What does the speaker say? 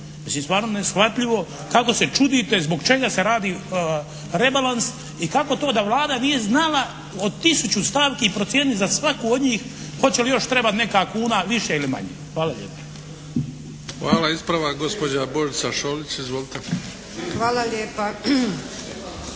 Mislim stvarno neshvatljivo kako se čudite zbog čega se radi rebalans i kako to da Vlada nije znala od tisuću stavki procijeniti za svaku od njih hoće li trebati još neka kuna više ili manje. Hvala lijepa. **Bebić, Luka (HDZ)** Hvala. Ispravak gospođa Božica Šolić. Izvolite! **Šolić,